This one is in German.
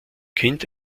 kind